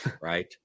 right